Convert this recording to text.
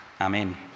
Amen